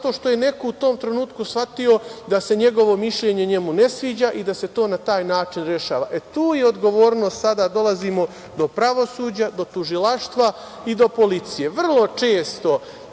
zato što je neko u tom trenutku shvatio da se njegovo mišljenje njemu ne sviđa i da se to na taj način rešava. E, tu je odgovornost, sada dolazimo do pravosuđa, do tužilaštva i do policije. Vrlo